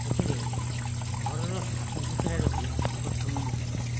ସେଥିରେ ଘରର ସଫାସୁତୁରା ରଖିବା ପ୍ରଥମ ମୁଖ୍ୟ